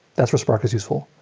that's where spark is useful.